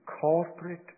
corporate